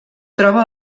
troba